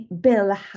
Bill